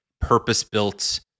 purpose-built